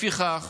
לפיכך,